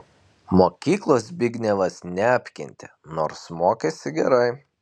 mokyklos zbignevas neapkentė nors mokėsi gerai